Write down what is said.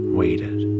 waited